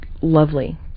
lovely